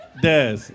Des